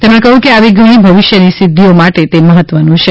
તેમણે કહ્યું કે આવી ઘણી ભવિષ્યની સિદ્ધિઓ માટે તે મહત્વનું છે